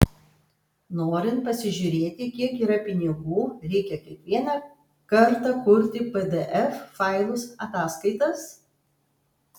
norint pasižiūrėti kiek yra pinigų reikia kiekvieną kartą kurti pdf failus ataskaitas